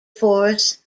force